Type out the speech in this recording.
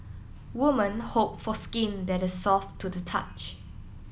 women hope for skin that is soft to the touch